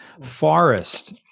Forest